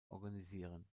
organisieren